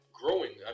growing